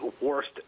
worst